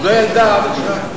היא עוד לא ילדה עד עכשיו?